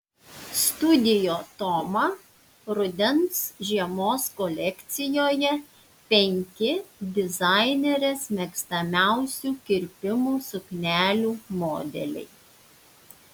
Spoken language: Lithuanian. studio toma rudens žiemos kolekcijoje penki dizainerės mėgstamiausių kirpimų suknelių modeliai